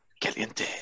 Caliente